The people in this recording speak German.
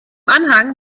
anhang